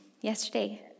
yesterday